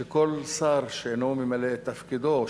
שכל שר שאינו ממלא את תפקידו,